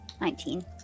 nineteen